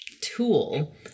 tool